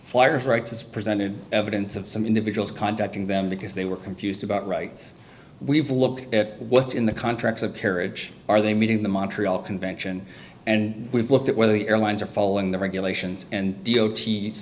flyers rights as presented evidence of some individuals contacting them because they were confused about rights we've looked at what's in the contracts of carriage are they meeting the montreal convention and we've looked at whether the airlines are following the regulations and